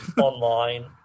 online